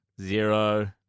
zero